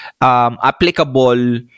applicable